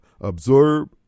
absorb